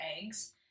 eggs